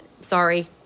sorry